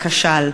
כשל.